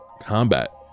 combat